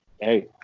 hey